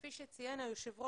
כפי שציין היושב ראש,